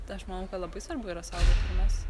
tai aš manau kad labai svarbu yra saugot tarmes